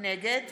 נגד